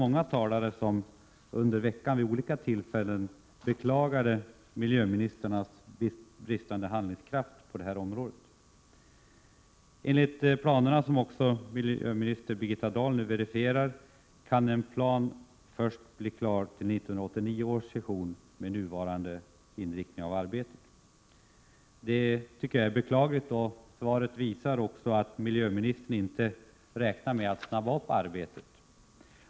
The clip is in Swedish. Många talare beklagade vid olika tillfällen under veckan miljöministrarnas brist på handlingskraft på detta område. Enligt planerna, som också miljöminister Birgitta Dahl nu verifierar, kan en plan, med nuvarande inriktning av arbetet, bli klar först till 1989 års session. Jag tycker att det är beklagligt. Svaret visar också att miljöministern inte räknar med att skynda på arbetet.